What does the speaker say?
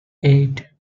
eight